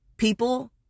People